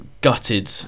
gutted